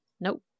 nope